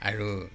আৰু